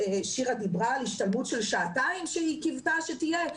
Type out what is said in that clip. שירה דיברה על השתלמות של שעתיים שהיא קיוותה שהיא תהיה.